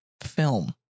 film